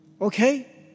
Okay